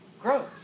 grows